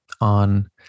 on